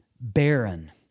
barren